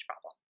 problem